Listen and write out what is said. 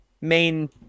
main